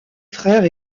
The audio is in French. frère